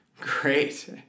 Great